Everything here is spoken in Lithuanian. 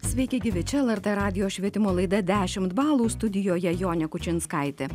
sveiki gyvi čia lrt radijo švietimo laida dešimt balų studijoje jonė kučinskaitė